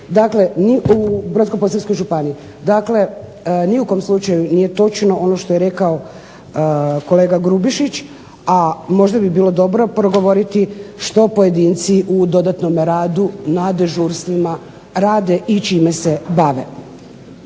dakle u Brodsko-posavskoj županiji. Dakle, ni u kom slučaju nije točno ono što je rekao kolega Grubišić, a možda bi bilo dobro progovoriti što pojedinci u dodatnome radu na dežurstvima rade i čime se bave.